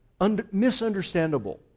misunderstandable